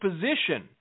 position